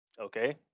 okay